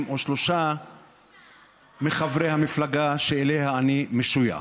או שלושה מחברי המפלגה שאליה אני משויך.